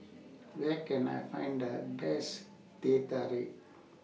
Where Can I Find The Best Teh Tarik